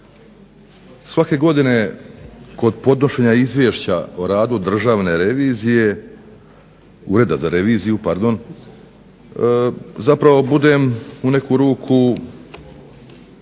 Svake godine kod podnošenja izvješća o radu Državnog ureda za reviziju zapravo budem u neku ruku